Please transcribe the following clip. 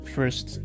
First